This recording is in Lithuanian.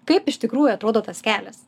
kaip iš tikrųjų atrodo tas kelias